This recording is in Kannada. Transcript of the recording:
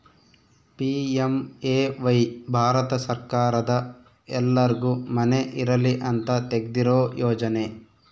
ಪಿ.ಎಮ್.ಎ.ವೈ ಭಾರತ ಸರ್ಕಾರದ ಎಲ್ಲರ್ಗು ಮನೆ ಇರಲಿ ಅಂತ ತೆಗ್ದಿರೊ ಯೋಜನೆ